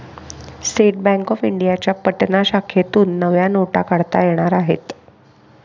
state bank of इंडियाच्या पटना शाखेतून नव्या नोटा काढता येणार आहेत